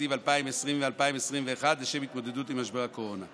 2020 2021 לשם ההתמודדות עם משבר הקורונה.